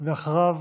אחריו,